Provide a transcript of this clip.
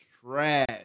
Trash